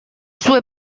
sue